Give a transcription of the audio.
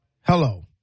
Hello